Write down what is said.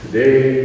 Today